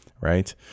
Right